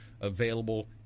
available